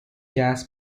gas